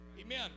Amen